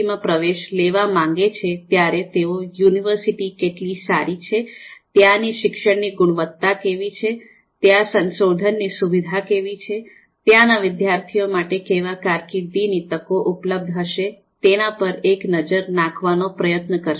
માં પ્રવેશ લેવા માંગે છે ત્યારે તેઓ યુનિવર્સિટી કેટલી સારી છે ત્યાંની શિક્ષણની ગુણવત્તા કેવી છે ત્યાં સંશોધનની સુવિધા કેવી છે ત્યાંના વિદ્યાર્થી માટે કેવા કારકીર્દિની તકો ઉપલબ્ધ હશે તેના પર એક નજર નાખવાનો પ્રયત્ન કરશે